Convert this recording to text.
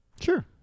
Sure